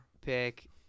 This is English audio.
pick